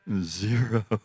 Zero